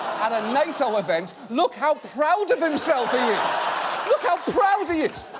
at a nato event. look how proud of himself look how proud he is!